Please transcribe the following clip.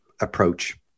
approach